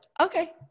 okay